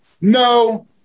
no